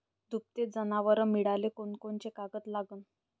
दुभते जनावरं मिळाले कोनकोनचे कागद लागन?